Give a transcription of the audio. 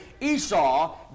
Esau